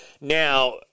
Now